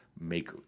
make